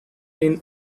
been